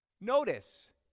Notice